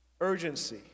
urgency